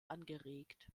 angeregt